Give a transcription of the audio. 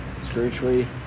Spiritually